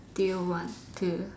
do you want to